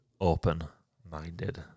open-minded